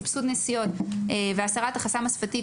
סבסוד נסיעות והסרת החסם השפתי,